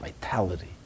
vitality